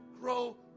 grow